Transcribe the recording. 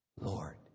Lord